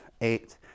eight